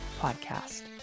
podcast